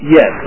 Yes